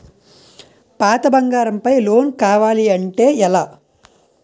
పాత బంగారం పై లోన్ కావాలి అంటే ఎలా?